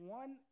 one